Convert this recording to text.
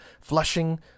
flushing